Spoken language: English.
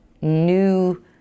new